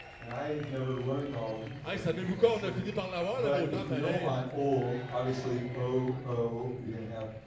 and i've never learned all of them cause i didn't take that serious but if you know on old, obviously o o you're gonna have,